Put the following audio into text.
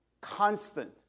constant